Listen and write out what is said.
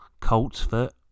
coltsfoot